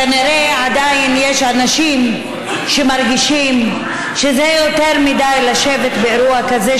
כנראה עדיין יש אנשים שמרגישים שזה יותר מדי לשבת באירוע כזה,